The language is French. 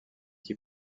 qui